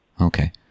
Okay